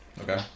Okay